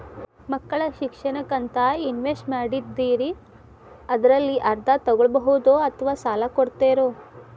ಮಕ್ಕಳ ಶಿಕ್ಷಣಕ್ಕಂತ ಇನ್ವೆಸ್ಟ್ ಮಾಡಿದ್ದಿರಿ ಅದರಲ್ಲಿ ಅರ್ಧ ತೊಗೋಬಹುದೊ ಅಥವಾ ಸಾಲ ಕೊಡ್ತೇರೊ?